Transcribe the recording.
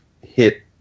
hit